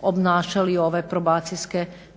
obnašali ove